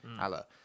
Allah